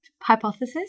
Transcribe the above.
hypothesis